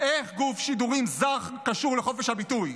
איך גוף שידורים זר קשור לחופש הביטוי.